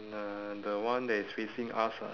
uh the one that is facing us lah